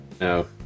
No